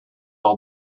all